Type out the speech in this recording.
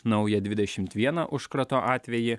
naują dvidešimt vieną užkrato atvejį